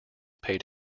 paid